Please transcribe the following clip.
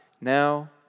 now